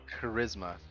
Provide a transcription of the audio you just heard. charisma